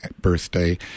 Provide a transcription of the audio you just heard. birthday